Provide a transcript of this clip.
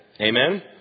Amen